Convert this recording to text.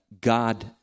God